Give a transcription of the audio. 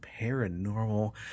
Paranormal